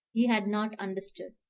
he had not understood,